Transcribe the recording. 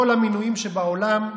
כל המינויים שבעולם,